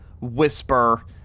whisper